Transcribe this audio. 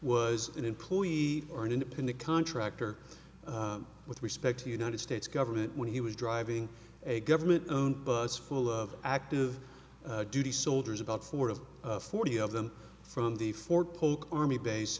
was an employee or an independent contractor with respect to the united states government when he was driving a government owned bus full of active duty soldiers about forty forty of them from the fort polk army base